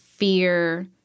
Fear